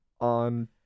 on